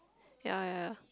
ya ya ya